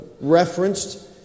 referenced